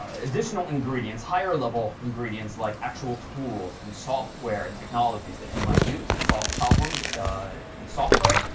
ah additional ingredients, higher-level ingredients like actual tools and software and technologies that you might use to solve problems in software.